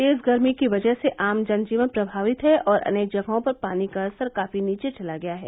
तेज़ गर्मी की वजह से आम जन जीवन प्रभावित है और अनेक जगहों पर पानी का स्तर काफ़ी नीचे चला गया है